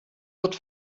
wird